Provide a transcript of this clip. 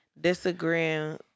disagreeing